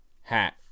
hat